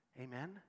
Amen